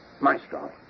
Maestro